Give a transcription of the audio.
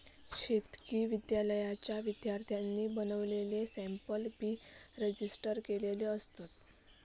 शेतकी विद्यालयाच्या विद्यार्थ्यांनी बनवलेले सॅम्पल बी रजिस्टर केलेले असतत